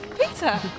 Peter